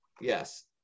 Yes